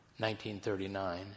1939